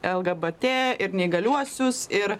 lgbt ir neįgaliuosius ir